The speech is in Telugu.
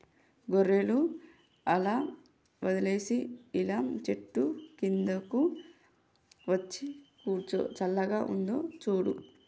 గొర్రెలు అలా వదిలేసి ఇలా చెట్టు కిందకు వచ్చి కూర్చో చల్లగా ఉందో చూడు